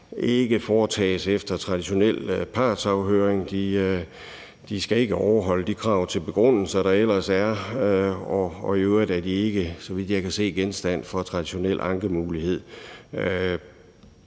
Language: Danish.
ikke foretages efter traditionel partshøring; de skal ikke overholde de krav til begrundelser, der ellers er, og i øvrigt er de, så vidt jeg kan se, ikke genstand for den traditionelle ankemulighed.